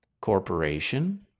corporation